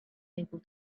able